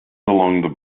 alongside